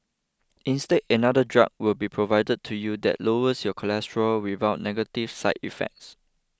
instead another drug would be provided to you that lowers your cholesterol without negative side effects